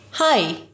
Hi